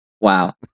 Wow